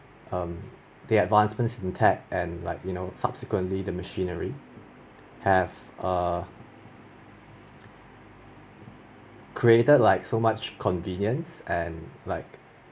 um the advanced intact and like you know subsequently the machinery have err created like so much convenience and like